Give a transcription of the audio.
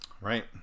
Right